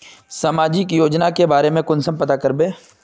सामाजिक योजना के बारे में कुंसम पता करबे?